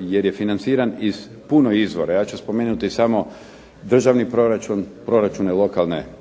jer je financiran iz puno izvora, ja ću spomenuti samo Državni proračun, proračune lokalne